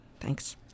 Thanks